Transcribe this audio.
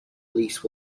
lease